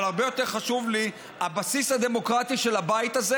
אבל הרבה יותר חשוב לי הבסיס הדמוקרטי של הבית הזה,